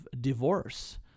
divorce